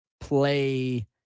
play